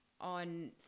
on